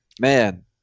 man